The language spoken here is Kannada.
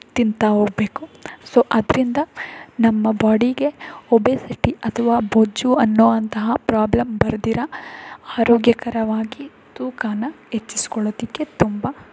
ತಿಂತಾ ಹೋಗ್ಬೇಕು ಸೊ ಅದರಿಂದ ನಮ್ಮ ಬಾಡಿಗೆ ಒಬೇಸಿಟಿ ಅಥವಾ ಬೊಜ್ಜು ಅನ್ನೋ ಅಂತಹ ಪ್ರಾಬ್ಲಮ್ ಬರ್ದಿರ ಆರೋಗ್ಯಕರವಾಗಿ ತೂಕನ ಹೆಚ್ಚಿಸ್ಕೊಳ್ಳೋದಕ್ಕೆ ತುಂಬ